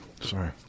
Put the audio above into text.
Sorry